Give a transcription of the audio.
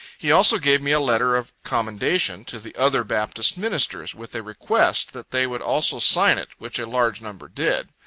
he also gave me a letter of commendation to the other baptist ministers, with a request that they would also sign it, which a large number did.